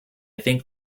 think